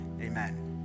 amen